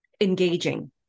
engaging